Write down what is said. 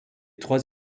trois